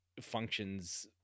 functions